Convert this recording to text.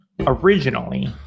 originally